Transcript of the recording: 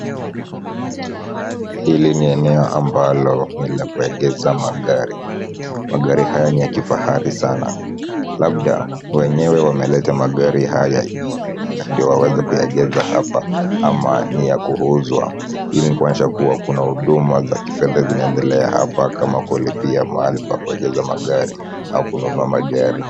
Hili ni eneo ambalo ni la kuegeza magari. Magari haya ni ya kifahari sana. Labda wenyewe wameleta magari haya. Ndio waweze kuyageza hapa ama ni ya kuuzwa. Hili ni kuanzia kuwa kuna huduma za kifedha zinaendelea hapa kama kulipia mahali pa kuageza magari au kununua magari.